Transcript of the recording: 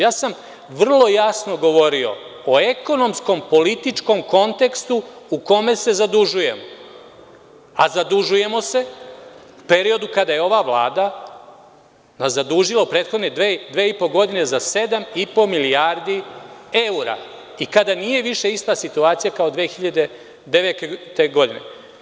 Ja sam vrlo jasno govorio o ekonomskom, političkom kontekstu u kome se zadužujemo, a zadužujemo se u periodu kada se ova Vlada zadužila prethodne dve i po godine za 7,5 milijardi eura i kada nije više ista situacija kao 2009. godine.